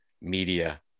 media